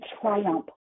triumph